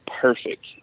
perfect